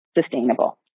sustainable